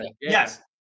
Yes